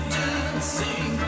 dancing